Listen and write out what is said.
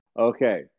Okay